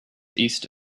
east